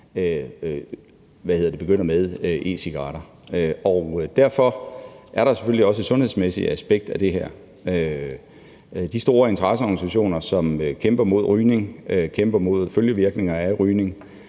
begynder med e-cigaretter. Derfor er der selvfølgelig også et sundhedsmæssigt aspekt af det her. De store interesseorganisationer, som kæmper mod rygning